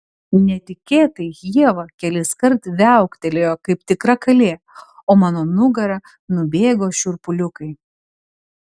netikėtai ieva keliskart viauktelėjo kaip tikra kalė o mano nugara nubėgo šiurpuliukai